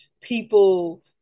People